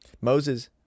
Moses